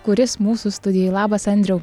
kuris mūsų studijoj labas andriau